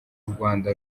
rwanda